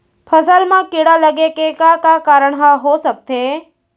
फसल म कीड़ा लगे के का का कारण ह हो सकथे?